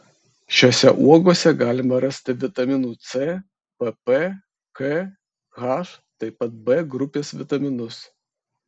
šiose uogose galima rasti vitaminų c pp k h taip pat b grupės vitaminus